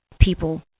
people